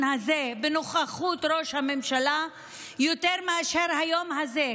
הזה בנוכחות ראש הממשלה יותר מאשר היום הזה,